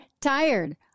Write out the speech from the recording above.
tired